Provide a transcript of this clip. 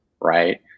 right